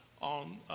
on